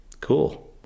Cool